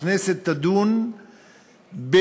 הכנסת תדון בחוק